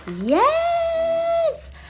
Yes